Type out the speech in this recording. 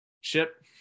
Ship